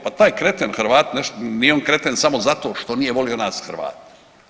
Pa taj kreten Hrvate, nije on kreten samo zato što nije volio nas Hrvate.